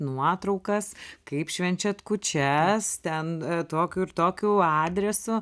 nuotraukas kaip švenčiat kūčias ten tokiu ir tokiu adresu